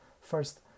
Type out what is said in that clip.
First